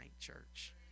church